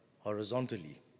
horizontally